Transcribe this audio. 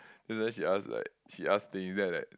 then sometimes she ask like she ask things then I like